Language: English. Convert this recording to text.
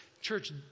Church